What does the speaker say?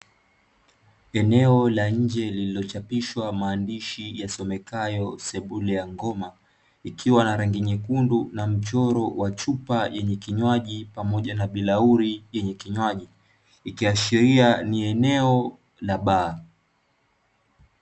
Eneo la nje lililochapishwa maandishi yasomekayo "sebule ya ngoma" ikiwa na rangi nyekundu na mchoro wa chupa yenye kinywaji, pamoja na birauli yenye kinywaji, ikiashiria ni eneo la baa.